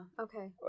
okay